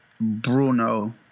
Bruno